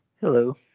Hello